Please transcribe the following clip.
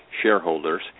shareholders